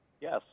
Yes